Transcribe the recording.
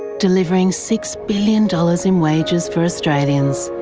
delivering six billion dollars in wages for australians,